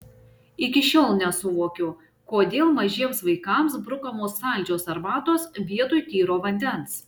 iki šiol nesuvokiu kodėl mažiems vaikams brukamos saldžios arbatos vietoj tyro vandens